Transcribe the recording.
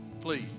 Please